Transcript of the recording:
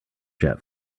jet